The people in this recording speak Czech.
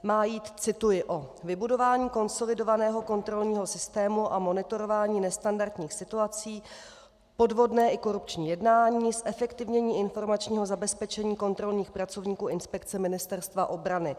Má jít cituji o vybudování konsolidovaného kontrolního systému a monitorování nestandardních situací, podvodné i korupční jednání, zefektivnění informačního zabezpečení kontrolních pracovníků Inspekce Ministerstva obrany.